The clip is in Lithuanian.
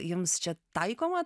jums čia taikoma